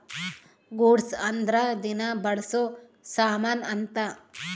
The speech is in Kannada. ಗೂಡ್ಸ್ ಅಂದ್ರ ದಿನ ಬಳ್ಸೊ ಸಾಮನ್ ಅಂತ